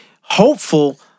hopeful